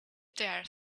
dare